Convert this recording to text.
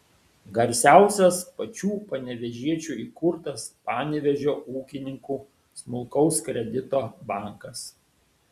garsiausias pačių panevėžiečių įkurtas panevėžio ūkininkų smulkaus kredito bankas